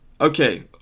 Okay